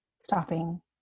stopping